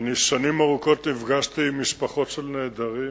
שנים ארוכות נפגשתי עם משפחות של נעדרים,